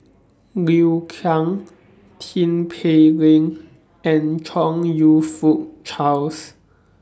Liu Kang Tin Pei Ling and Chong YOU Fook Charles